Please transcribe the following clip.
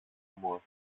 όμως